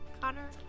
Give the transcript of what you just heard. Connor